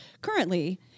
currently